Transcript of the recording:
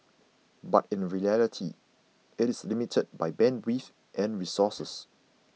but in reality it is limited by bandwidth and resources